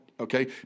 okay